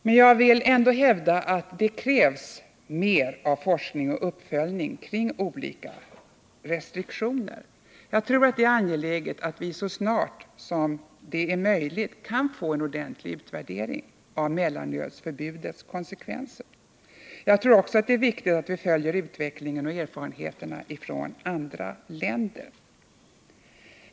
Men jag vill ändå hävda att det krävs mer av forskning och uppföljning kring olika restriktioner. Jag tror att det är angeläget att så snart som det är möjligt få en ordentlig utvärdering av mellanölsförbudets konsekvenser. Jag tror också att det är viktigt att vi följer utvecklingen och erfarenheterna från andra länder.